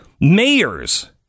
mayors